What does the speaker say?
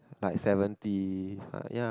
like seventy ya